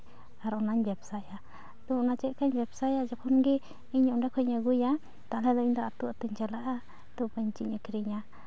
ᱟᱨ ᱚᱱᱟᱧ ᱵᱮᱵᱥᱟᱭᱟ ᱛᱚ ᱚᱱᱟ ᱪᱮᱫᱠᱟᱧ ᱵᱮᱵᱥᱟᱭᱟ ᱡᱚᱠᱷᱚᱱ ᱜᱮ ᱤᱧ ᱚᱸᱰᱮ ᱠᱷᱚᱡ ᱤᱧ ᱟᱹᱜᱩᱭᱟ ᱛᱟᱞᱚᱦᱮ ᱫᱚ ᱤᱧ ᱫᱚ ᱟᱛᱳ ᱟᱛᱳᱧ ᱪᱟᱞᱟᱜᱼᱟ ᱛᱚ ᱯᱟᱹᱧᱪᱤᱧ ᱟᱹᱠᱷᱨᱤᱧᱟ